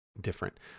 different